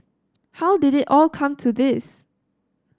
how did it all come to this